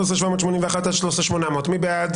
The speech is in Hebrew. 13,741 עד 13,760, מי בעד?